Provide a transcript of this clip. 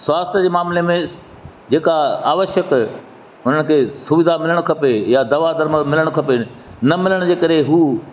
स्वास्थ जे मामिले में जेका आवश्यक उन खे सुविधा मिलणु खपे या दवा दर मिलणु खपे न मिलण जे करे हूं